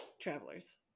Travelers